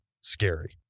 scary